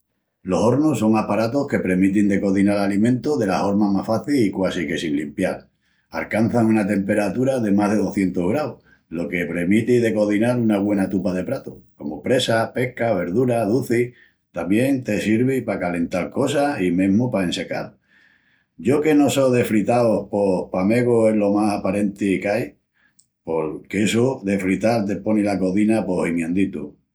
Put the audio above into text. Los hornus son aparatus que premitin de cozinal alimentus dela horma más faci i quasi que sin limpial. Ancançan una temperatura de más de docientus graus, lo que premiti de cozinal una güena tupa de pratus, comu presa, pesca, verduras, ducis. Tamién te sirvi pa calental cosas i mesmu pa ensecal. Yo que no só de fritaus pos pa megu es lo más aparenti qu'ai, porqu'essu de frital te poni la cozina pos gimianditu...